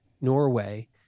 Norway